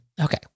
Okay